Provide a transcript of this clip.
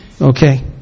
Okay